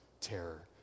terror